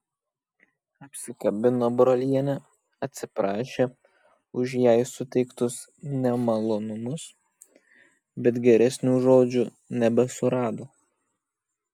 apsikabino brolienę atsiprašė už jai suteiktus nemalonumus bet geresnių žodžių nebesurado